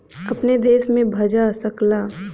अपने देश में भजा सकला